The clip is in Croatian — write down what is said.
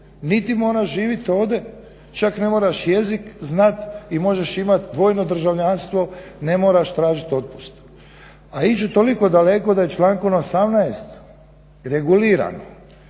niti moraš živjet ovdje, čak ne moraš jezik znat i možeš imat dvojno državljanstvo, ne moraš tražit otpust a ići toliko daleko da člankom 18 regulirano